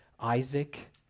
Isaac